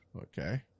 okay